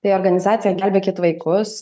tai organizacija gelbėkit vaikus